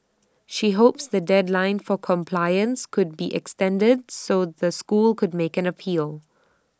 she hopes the deadline for compliance could be extended so the school could make an appeal